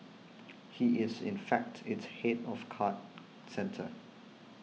he is in fact its head of card centre